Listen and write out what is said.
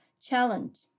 challenge